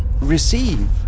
receive